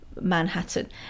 Manhattan